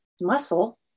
muscle